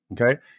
okay